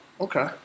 Okay